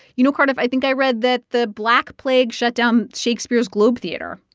you know, cardiff, i think i read that the black plague shut down shakespeare's globe theatre.